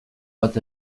bat